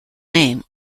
name